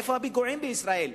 איפה הפיגועים בישראל?